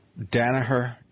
Danaher